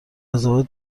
ازدواج